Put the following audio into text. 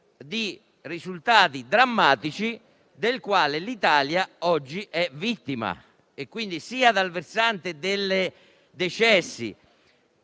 con risultati drammatici, del quale l'Italia oggi è vittima. Pertanto, sia sul versante dei decessi,